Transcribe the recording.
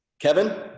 Kevin